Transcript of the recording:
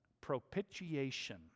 propitiation